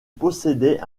possédait